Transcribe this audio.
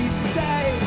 today